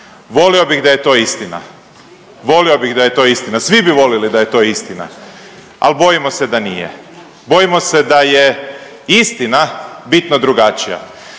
volio bih da je to istina, svi bi volili da je to istina, al bojimo se da nije, bojimo se da je istina bitno drugačija,